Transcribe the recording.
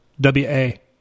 W-A